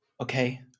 okay